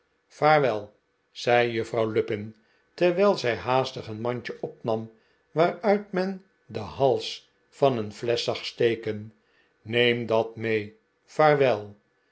vaarwel zei juffrouw lupin terwijl zij haastig een mandje opnam waaruit men den hals van een flesch zag steken neem dat mee vaarwel